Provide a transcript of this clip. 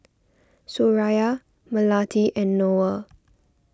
Suraya Melati and Noah